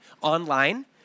online